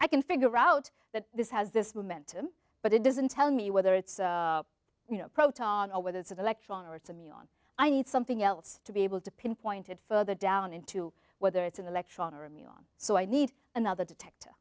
i can figure out that this has this momentum but it doesn't tell me whether it's you know a proton or whether it's an electron or it's a me on i need something else to be able to pinpoint it further down into whether it's an electron or a me on so i need another detect